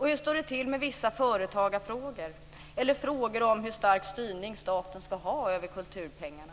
Hur står det till med vissa företagarfrågor eller frågor om hur stark styrning staten ska ha över kulturpengarna?